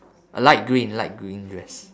a light green light green dress